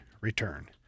return